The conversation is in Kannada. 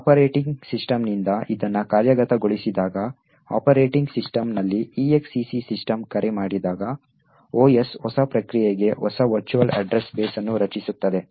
ಆಪರೇಟಿಂಗ್ ಸಿಸ್ಟಂನಿಂದ ಇದನ್ನು ಕಾರ್ಯಗತಗೊಳಿಸಿದಾಗ ಆಪರೇಟಿಂಗ್ ಸಿಸ್ಟಂನಲ್ಲಿ exec ಸಿಸ್ಟಂ ಕರೆ ಮಾಡಿದಾಗ OS ಹೊಸ ಪ್ರಕ್ರಿಯೆಗೆ ಹೊಸ ವರ್ಚುವಲ್ ಅಡ್ರೆಸ್ ಬೇಸ್ ಅನ್ನು ರಚಿಸುತ್ತದೆ